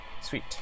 Sweet